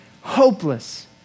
hopeless